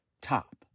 top